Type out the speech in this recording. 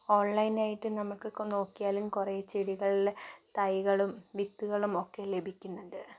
ഓൺലൈനായിട്ട് നമുക്കൊക്കെ നോക്കിയാലും കുറേ ചെടികളിലെ തൈകളും വിത്തുകളും ഒക്കെ ലഭിക്കുന്നുണ്ട്